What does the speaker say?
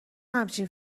همچین